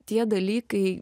tie dalykai